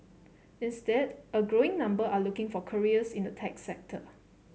instead a growing number are looking for careers in the tech sector